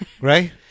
Right